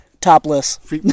topless